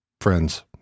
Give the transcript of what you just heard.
friends